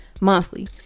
monthly